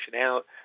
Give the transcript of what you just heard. out